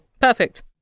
Perfect